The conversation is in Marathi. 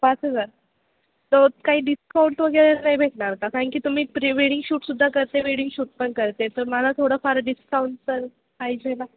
पाच हजार तर काही डिस्काउंट वगैरे नाही भेटणार का कारण की तुम्ही प्री वेडिंग शूट सुद्धा करते वेडिंग शूट पण करते तर मला थोडं फार डिस्काउंट तर पाहिजे ना